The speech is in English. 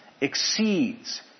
exceeds